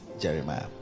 Jeremiah